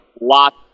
lots